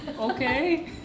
Okay